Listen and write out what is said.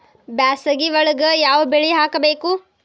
ಬ್ಯಾಸಗಿ ಒಳಗ ಯಾವ ಬೆಳಿ ಹಾಕಬೇಕು?